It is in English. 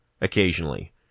occasionally